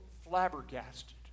flabbergasted